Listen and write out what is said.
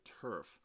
turf